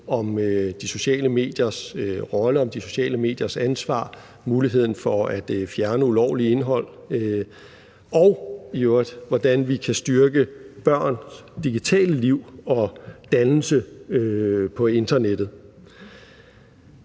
om de sociale mediers rolle, de sociale mediers ansvar, muligheden for at fjerne ulovligt indhold og i øvrigt, hvordan vi kan styrke børns digitale liv og dannelse på internettet.